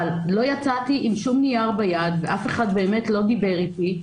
אבל לא יצאתי עם שום נייר ביד ואף אחד לא דיבר אתי.